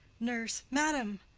nurse. madam!